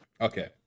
Okay